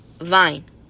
vine